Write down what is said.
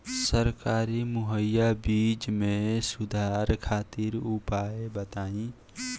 सरकारी मुहैया बीज में सुधार खातिर उपाय बताई?